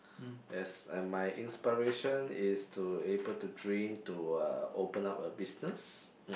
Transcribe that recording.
as and my inspiration is to able to dream to uh open up a business mm